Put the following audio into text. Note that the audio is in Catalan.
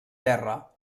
terra